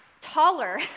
taller